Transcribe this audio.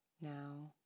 Now